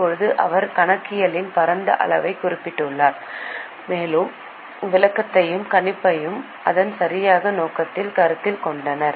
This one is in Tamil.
இப்போது அவர் கணக்கியலின் பரந்த அளவைக் குறிப்பிட்டுள்ளார் மேலும் விளக்கத்தையும் கணிப்பையும் அதன் சரியான நோக்கத்தில் கருத்தில் கொண்டார்